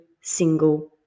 single